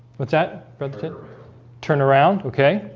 what's that brother turnaround? okay,